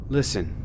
Listen